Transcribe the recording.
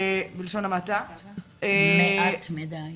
מעט מדי